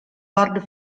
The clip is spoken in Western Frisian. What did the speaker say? barde